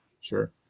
Sure